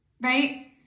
right